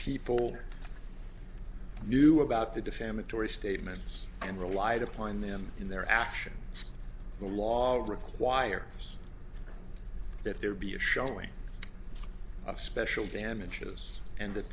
people knew about the defamatory statements and relied upon them in their actions the laws require that there be a showing of special damages and that